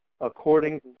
according